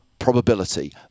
probability